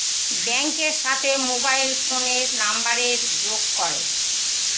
ব্যাঙ্কের সাথে মোবাইল ফোনের নাম্বারের যোগ করে